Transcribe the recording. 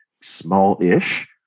small-ish